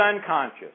unconscious